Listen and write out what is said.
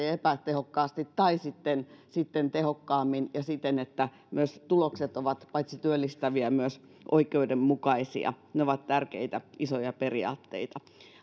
ja epätehokkaasti tai sitten sitten tehokkaammin ja siten että myös tulokset ovat paitsi työllistäviä myös oikeudenmukaisia ne ovat tärkeitä isoja periaatteita